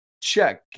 Check